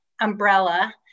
umbrella